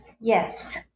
Yes